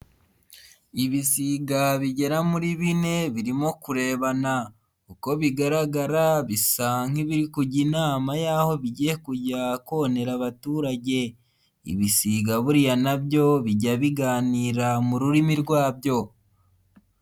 Ibisiga bigera muri bine birimo kurebana, uko bigaragara bisa nk'ibiri kujya inama y'aho bigiye kujya konera abaturage, ibisiga buriya nabyo bijya biganira mu rurimi rwabyo.